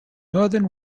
northern